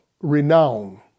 renown